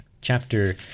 Chapter